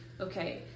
okay